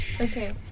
Okay